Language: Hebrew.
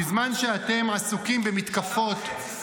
בזמן שאתם עסוקים במתקפות -- מה אתה עשית?